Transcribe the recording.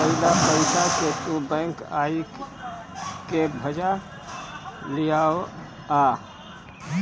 अपनी फिक्स कईल पईसा के तू बैंक जाई के भजा लियावअ